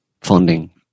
funding